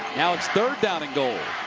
ah it's third down and goal.